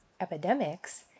epidemics